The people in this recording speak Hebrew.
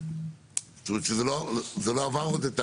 זאת אומרת, זה לא עבר עוד.